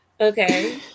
Okay